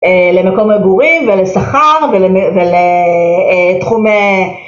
למקום עבורי ולשכר ולתחום אהה...